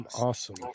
Awesome